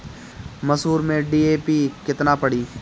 मसूर में डी.ए.पी केतना पड़ी?